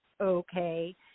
okay